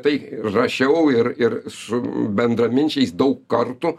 tai rašiau ir ir su bendraminčiais daug kartų